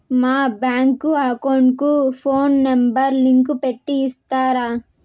మా bank account కు phone number link పెట్టి ఇస్తారా?